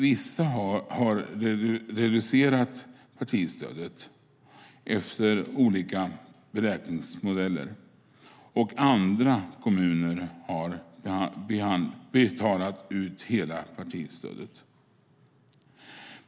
Vissa har reducerat partistödet efter olika beräkningsmodeller. Andra kommuner har betalat ut hela partistödet.